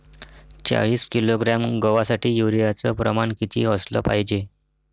चाळीस किलोग्रॅम गवासाठी यूरिया च प्रमान किती असलं पायजे?